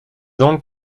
donc